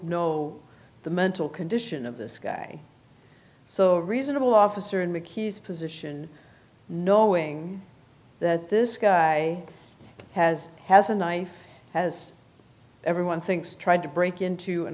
know the mental condition of this guy so reasonable officer in mickey's position knowing that this guy has has a knife has everyone thinks tried to break into an